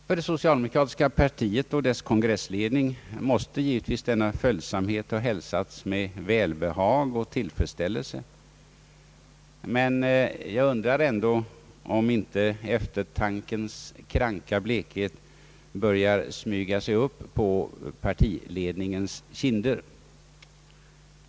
För det socialdemokratiska partiet och dess kongressledning måste givetvis denna följsamhet ha hälsats med välbehag och tillfredsställelse, men jag undrar om inte eftertankens kranka blekhet börjar smyga sig upp på partiledningens kinder.